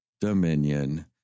Dominion